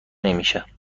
نمیشه